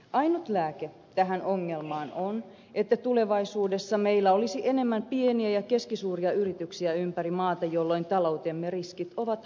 ainut lääke tähän ongelmaan on että tulevaisuudessa meillä olisi enemmän pieniä ja keskisuuria yrityksiä ympäri maata jolloin taloutemme riskit ovat hajautetumpia